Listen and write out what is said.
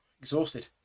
Exhausted